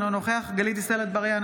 אינו נוכח גלית דיסטל אטבריאן,